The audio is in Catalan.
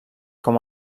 com